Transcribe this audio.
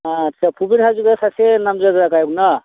आथसा भुपेन हाजरिकाया सासे नामजादा गायक ना